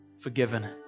forgiven